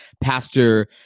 Pastor